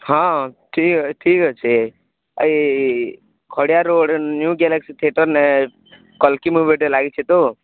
ହଁ ଠିକ୍ ଠିକ୍ ଅଛେ ଇ ଖଡ଼ିଆର୍ ରୋଡ଼୍ ନ୍ୟୁ ଗ୍ୟାଲାକ୍ସି ଥିଏଟର୍ରେ କଲ୍କୀ ମୁଭିଟେ ଲାଗିଛେ ତ